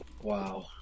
Wow